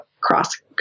cross